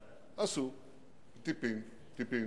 עשו טיפין-טיפין.